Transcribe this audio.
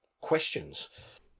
questions